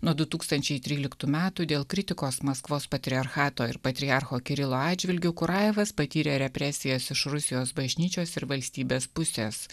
nuo du tūkstančiai tryliktų metų dėl kritikos maskvos patriarchato ir patriarcho kirilo atžvilgiu kurajevas patyrė represijas iš rusijos bažnyčios ir valstybės pusės